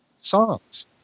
songs